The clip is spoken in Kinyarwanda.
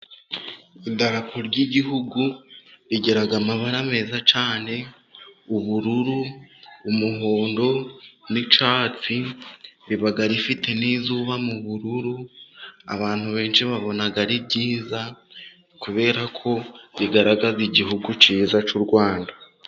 Idarapo ry'igihugu rigira amabara meza cyane, ubururu, umuhondo n'icyatsi, riba rifite n'izuba mu bururu, abantu benshi babona ari byiza, kubera ko rigaragaza igihugu cyiza cy' u Rwanda.